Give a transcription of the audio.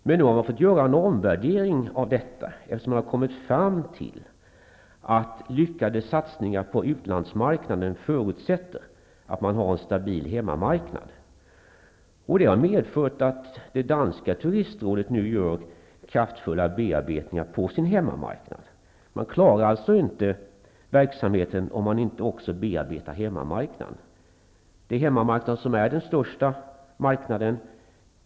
Men man fick göra en omvärdering av detta, eftersom man kom fram till att lyckade satsningar på utlandsmarknaden förutsätter att man har en stabil hemmamarknad. Det har medfört att det danska turistrådet nu gör kraftfulla bearbetningar på sin hemmamarknad. Man klarar alltså inte verksamheten om man inte bearbetar hemmamarknaden. Det är hemmamarknaden som är den största marknaden.